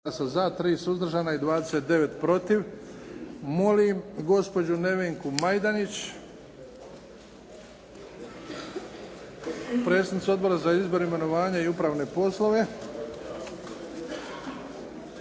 Luka (HDZ)** Molim gospođu Nevenku Majdenić, predsjednicu Odbora za izbor, imenovanja i upravne poslove